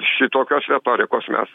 šitokios retorikos mes